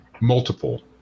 multiple